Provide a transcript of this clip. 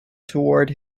toward